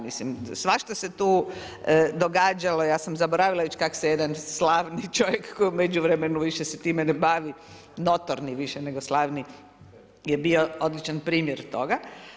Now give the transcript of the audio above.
Mislim, svašta se tu događalo, ja sam zaboravila već kak se jedan slavni čovjek koji u međuvremenu više se time ne bavi, notorni, više nego slavni je bio odličan primjer toga.